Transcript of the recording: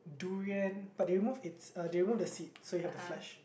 durian but they remove it's uh they remove the seed so you have the flesh